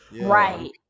right